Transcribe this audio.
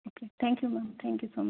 okay thank you ma'am thank you so much